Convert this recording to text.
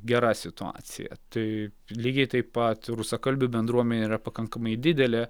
gera situacija tai lygiai taip pat rusakalbių bendruomenė yra pakankamai didelė